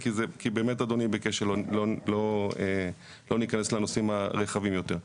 כי באמת אדוני ביקש שלא ניכנס לנושאים הרחבים יותר.